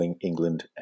England